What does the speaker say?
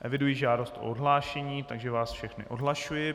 Eviduji žádost o odhlášení, takže vás všechny odhlašuji.